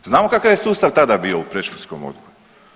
Znamo kakav je sustav tada bio u predškolskom odgoju.